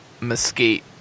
mesquite